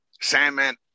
Sandman